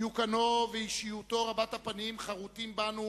דיוקנו ואישיותו רבת הפנים חרותים בנו